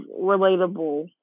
relatable